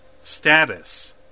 Status